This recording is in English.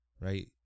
right